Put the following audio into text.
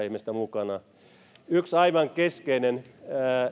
ihmistä mukana yksi aivan keskeinen